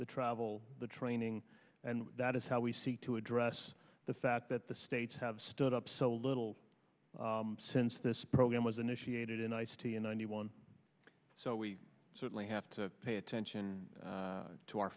the travel the training and that is how we see to address the fact that the states have stood up so little since this program was initiated and ice t in a new one so we certainly have to pay attention to our